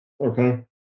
Okay